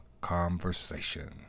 conversation